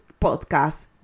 podcast